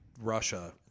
Russia